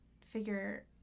figure